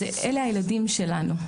זה אלה הילדים שלנו.